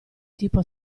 tipo